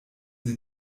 sie